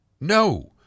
No